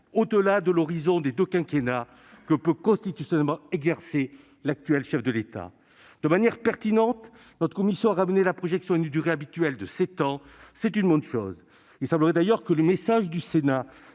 au-delà de l'horizon des deux quinquennats que peut constitutionnellement exercer l'actuel chef de l'État. De manière pertinente, notre commission a ramené la projection à une durée habituelle de sept ans. C'est une bonne chose. Il semblerait d'ailleurs que le message du Sénat